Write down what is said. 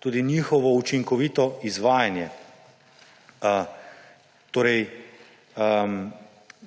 tudi njihovo učinkovito izvajanje;